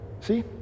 See